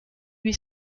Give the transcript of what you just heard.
huit